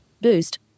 Boost